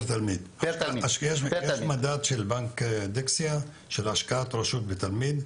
יש מדד של השקעת רשות בתלמיד.